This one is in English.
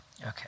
Okay